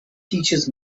teaches